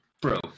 bro